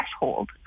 threshold